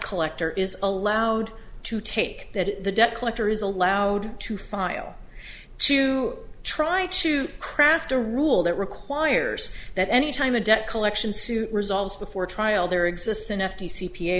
collector is allowed to take that the debt collector is allowed to file to try to craft a rule that requires that any time a debt collection suit resolves before a trial there exists an f t c p a